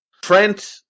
Trent